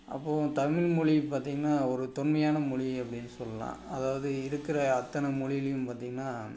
அப்போது தமிழ்மொழி பார்த்தீங்கன்னா ஒரு தொன்மையான மொழி அப்படின்னு சொல்லலாம் அதாவது இருக்கிற அத்தனை மொழியிலையும் பார்த்தீங்கன்னா